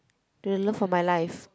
to the love of my life